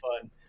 fun